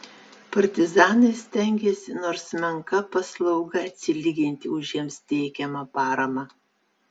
partizanai stengėsi nors menka paslauga atsilyginti už jiems teikiamą paramą